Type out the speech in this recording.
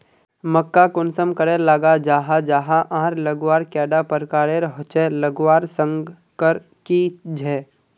मक्का कुंसम करे लगा जाहा जाहा आर लगवार कैडा प्रकारेर होचे लगवार संगकर की झे?